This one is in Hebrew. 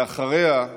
ואחריו,